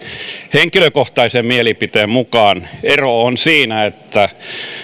henkilökohtaisen mielipiteen mukaan ero on siinä että